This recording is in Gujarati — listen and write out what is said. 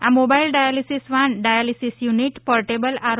આ mobile dialysis van dialysis unit portable R